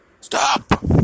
stop